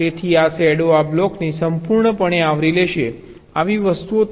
તેથી આ શેડો આ બ્લોકને સંપૂર્ણપણે આવરી લેશે આવી વસ્તુઓ થઈ શકે છે